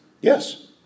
Yes